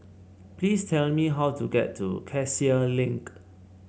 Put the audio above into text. please tell me how to get to Cassia Link